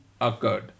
occurred